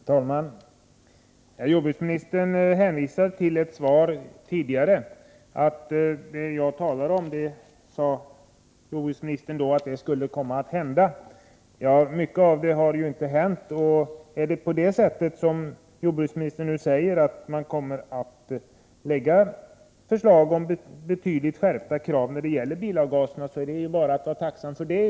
Herr talman! Jordbruksministern hänvisar till ett tidigare svar, i vilket jordbruksministern sade att det som jag nu talar om skulle komma att hända, men mycket av det har inte hänt. Om regeringen, som jordbruksministern nu säger, kommer att lägga fram förslag om betydligt strängare krav när det gäller bilavgaserna, är jag naturligtvis tacksam för det.